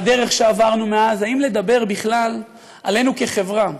על הדרך שעברנו מאז, האם לדבר בכלל עלינו כחברה?